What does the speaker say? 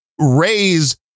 raise